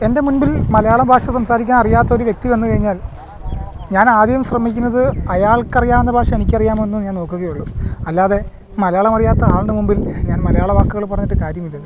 എന്റെ മുൻപിൽ മലയാള ഭാഷ സംസാരിക്കാൻ അറിയാത്ത ഒരു വ്യക്തി വന്ന് കഴിഞ്ഞാല് ഞാന് ആദ്യം ശ്രമിക്കുന്നത് അയാൾക്ക് അറിയാവുന്ന ഭാഷ എനിക്ക് അറിയാമോ എന്ന് ഞാൻ നോക്കുകയുള്ളു അല്ലാതെ മലയാളം അറിയാത്ത ആളുടെ മുമ്പിൽ ഞാൻ മലയാളം വാക്കുകള് പറഞ്ഞിട്ട് കാര്യമില്ലല്ലോ